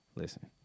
Listen